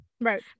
Right